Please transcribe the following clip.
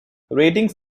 ratings